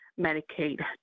Medicaid